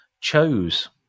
chose